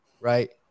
right